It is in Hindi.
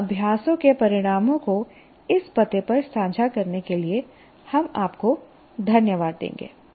इन अभ्यासों के परिणामों को इस पते पर साझा करने के लिए हम आपको धन्यवाद देंगे